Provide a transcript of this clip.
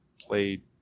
played